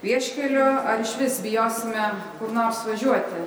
vieškeliu ar išvis bijosime kur nors važiuoti